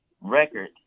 record